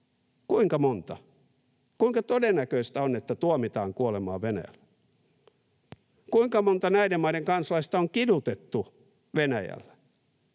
Kuinka monta? Kuinka todennäköistä on, että tuomitaan kuolemaan Venäjällä? Kuinka monta näiden maiden kansalaista on kidutettu Venäjällä?